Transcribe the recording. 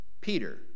Peter